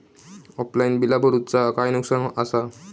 Offline बिला भरूचा काय नुकसान आसा?